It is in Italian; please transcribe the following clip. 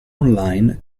online